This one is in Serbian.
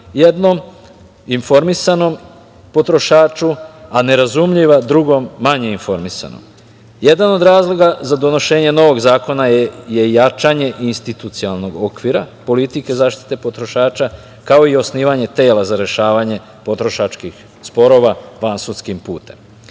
jednom informisanom potrošaču, a nerazumljiva drugom, manje informisanom. Jedan od razloga za donošenje novog zakona je jačanje institucionalnog okvira politike zaštite potrošača, kao i osnivanje tela za rešavanje potrošačkih sporova vansudskim